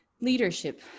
Leadership